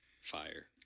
fire